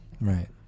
Right